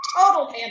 Total